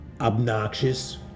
obnoxious